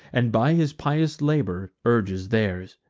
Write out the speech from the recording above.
and by his pious labor urges theirs.